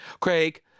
Craig